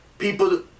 People